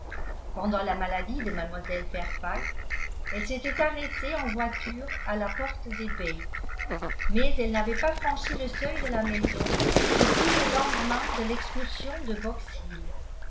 pendant la maladie de mlle fairfax elle s'était arrêtée en voiture à la porte des bates mais elle n'avait pas franchi le seuil de la maison depuis le lendemain de l'excursion de box